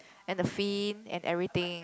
and the fin and everything